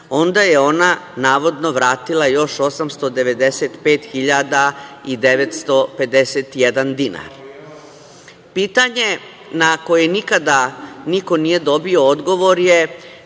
onda je ona, navodno, vratila još 895.951 dinar. Pitanje na koje nikada niko nije dobio odgovor je